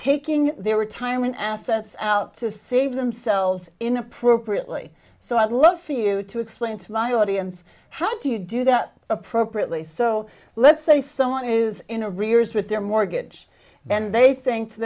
taking their retirement assets out to save themselves in appropriately so i'd love for you to explain to my audience how do you do that appropriately so let's say someone is in a rears with their mortgage and they think to